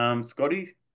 Scotty